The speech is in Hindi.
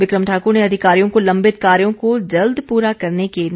बिक्रम ठाकर ने अधिकारियों को लम्बित कार्यों को जल्द पूरा करने के निर्देश दिए